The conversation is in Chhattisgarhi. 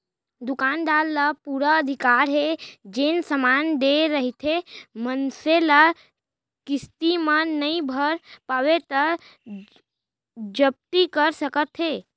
दुकानदार ल पुरा अधिकार हे जेन समान देय रहिथे मनसे ल किस्ती म नइ भर पावय त जब्ती कर सकत हे